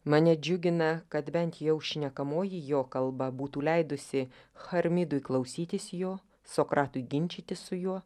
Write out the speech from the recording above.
mane džiugina kad bent jau šnekamoji jo kalba būtų leidusi charmidui klausytis jo sokratui ginčytis su juo